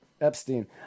Epstein